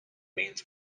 means